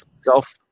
Self